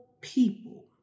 people